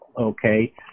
Okay